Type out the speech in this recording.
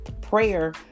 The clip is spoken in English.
prayer